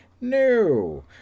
No